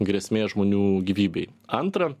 grėsmė žmonių gyvybei antra